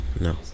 no